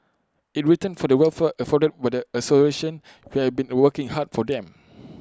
in return for the welfare afforded with the association you have been working hard for them